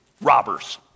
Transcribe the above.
robbers